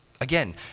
Again